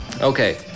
Okay